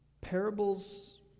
Parables